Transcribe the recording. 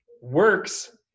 Works